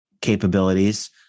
capabilities